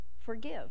forgive